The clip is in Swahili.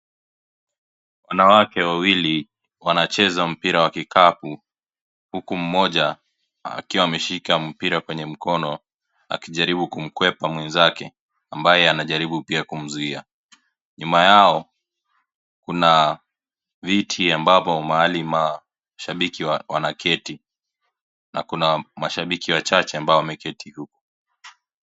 Wanawake waliwili wanacheza mpira wa kikapu huku mmoja akiwa ameshika mpira kwenye mkono akijaribu kumkwepa mwenzake ambaye anajaribu pia kumzuia nyuma yao, kuna viti ambapo mahali mashabiki wanaketi na kuna shabiki wachache ambao wameketi huko.